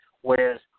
Whereas